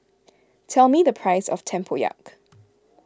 tell me the price of Tempoyak